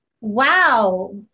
Wow